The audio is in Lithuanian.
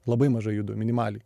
labai mažai judu minimaliai